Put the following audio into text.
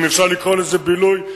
אם אפשר לקרוא לזה בילוי,